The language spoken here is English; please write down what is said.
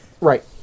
Right